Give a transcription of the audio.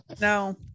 No